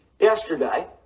Yesterday